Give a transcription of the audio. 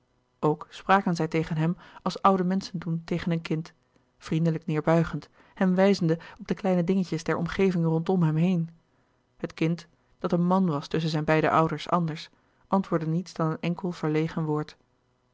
ook spraken zij tegen hem als oude menschen doen tegen een kind vriendelijk neerbuigend hem wijzende op de kleine dingetjes der omgeving rondom hem heen het kind dat een man was tusschen zijn beide ouders anders antwoordde niets dan een enkel verlegen woord